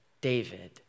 David